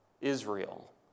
Israel